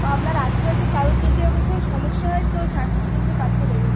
বা আপনার আশেপাশে কারোর যদি এরকম কোনো সমস্যা হয় তো স্বাস্থ্যকেন্দ্রে পাঠিয়ে দেবেন